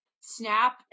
snap